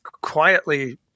quietly